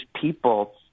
people